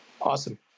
Awesome